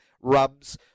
rubs